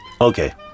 Okay